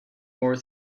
more